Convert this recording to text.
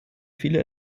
viele